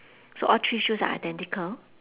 so all three shoes are identical